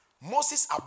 Moses